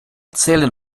zählen